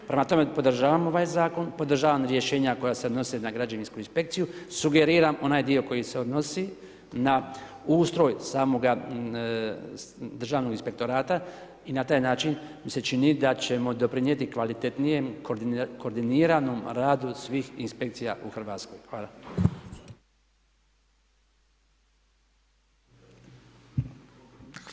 Prema tome, podržavam ovaj Zakon, podržavam rješenja koja se odnose na građevinsku inspekciju, sugeriram onaj dio koji se odnosi na ustroj samoga Državnog inspektorata i na taj način mi se čini da ćemo pridonijeti kvalitetnijem, koordiniranom radu svih inspekcija u RH.